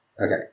Okay